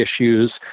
issues